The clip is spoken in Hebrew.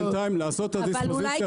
לעשות את הדיספוזיציה הזאת.